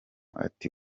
ati